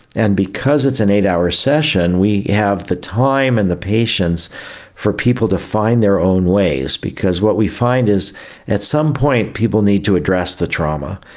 and because it's an eight-hour session we have the time and the patience for people to find their own ways, because what we find is at some point people need to address the trauma,